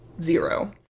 zero